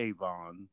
Avon